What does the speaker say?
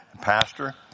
pastor